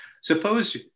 Suppose